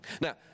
Now